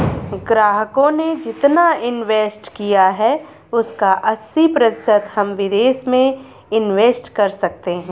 ग्राहकों ने जितना इंवेस्ट किया है उसका अस्सी प्रतिशत हम विदेश में इंवेस्ट कर सकते हैं